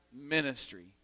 ministry